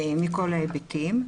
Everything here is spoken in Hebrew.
מכל ההיבטים.